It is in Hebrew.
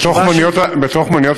בתוך מוניות השירות?